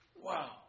Wow